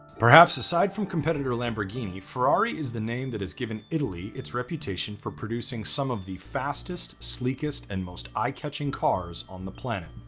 perhaps aside from competitor lamborghini, ferrari is the name that has given italy its reputation for producing some of the fastest, sleekest and most eye-catching cars on the planet.